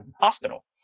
hospital